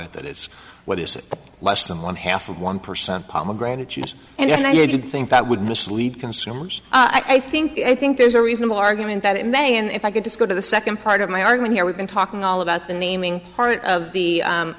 it that is what is less than one half of one percent and i think that would mislead consumers i think i think there's a reasonable argument that it may and if i could just go to the second part of my argument here we've been talking all about the naming part of the